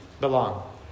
belong